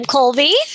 Colby